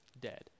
dead